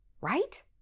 Right